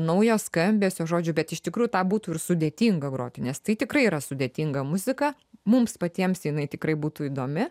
naujo skambesio žodžių bet iš tikrųjų tą būtų ir sudėtinga groti nes tai tikrai yra sudėtinga muzika mums patiems jinai tikrai būtų įdomi